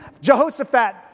Jehoshaphat